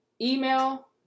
email